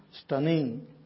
stunning